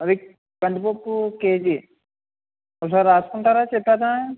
అవి కందిపప్పు కేజీ ఒకసారి రాసుకుంటారా చెప్పేదా